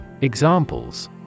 Examples